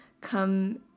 come